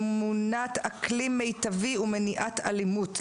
ממונת אקלים מיטבי ומניעת אלימות.